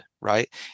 right